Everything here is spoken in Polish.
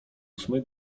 ósmej